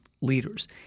leaders